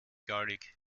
gallig